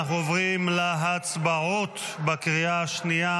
אנחנו עוברים להצבעות בקריאה השנייה